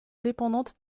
dépendantes